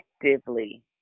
effectively